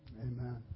Amen